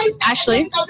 Ashley